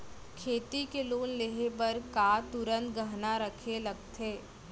खेती के लोन लेहे बर का तुरंत गहना रखे लगथे?